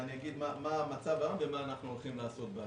אגיד מה המצב היום, ומה אנחנו רוצים לעשות בעתיד.